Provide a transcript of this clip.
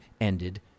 ended